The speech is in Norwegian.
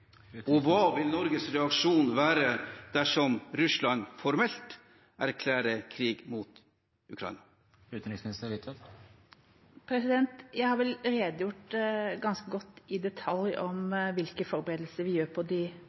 og hva vil Norges reaksjon være dersom Russland formelt erklærer krig mot Ukraina? Jeg har vel redegjort ganske godt i detalj om hvilke forberedelser vi gjør på de